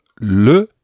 le